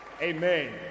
Amen